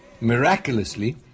miraculously